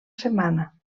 setmana